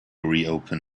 reopen